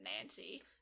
Nancy